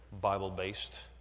Bible-based